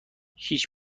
هیچ